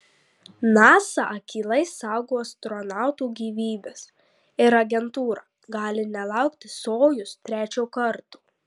nasa akylai saugo astronautų gyvybes ir agentūra gali nelaukti sojuz trečio karto